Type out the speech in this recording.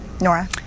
Nora